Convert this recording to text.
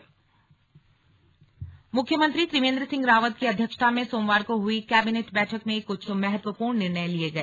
slug cabinet बैठक मुख्यमंत्री त्रिवेन्द्र सिंह रावत की अध्यक्षता में सोमवार को हुई कैबिनेट बैठक में कुछ महत्वपूर्ण निर्णय लिये गए